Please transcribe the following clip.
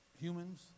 humans